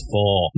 Four